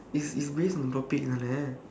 is is based on topic தானே:thaanee